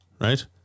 right